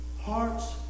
Hearts